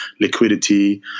liquidity